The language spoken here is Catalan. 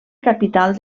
capital